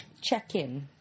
check-in